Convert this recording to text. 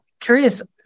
curious